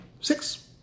six